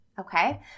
Okay